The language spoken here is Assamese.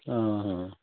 অঁ